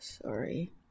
Sorry